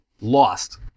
lost